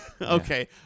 Okay